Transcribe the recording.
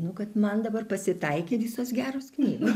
nu kad man dabar pasitaikė visos geros knygos